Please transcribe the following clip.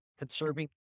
Conserving